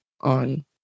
on